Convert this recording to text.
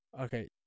Okay